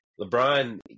lebron